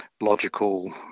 logical